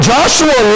Joshua